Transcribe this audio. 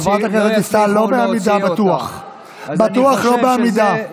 חברת הכנסת דיסטל, בטוח שלא בעמידה.